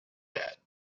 dead